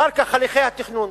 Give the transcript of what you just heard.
אחר כך הליכי התכנון,